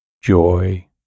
joy